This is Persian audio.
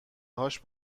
هاش